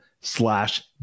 slash